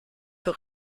für